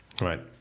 Right